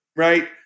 Right